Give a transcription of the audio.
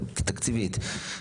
תקציבית?